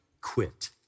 quit